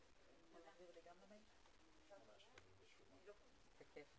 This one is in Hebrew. בנושא ההתעמרות בבעלי העסקים והעצמאים ועיכוב במתן הסיוע.